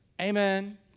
Amen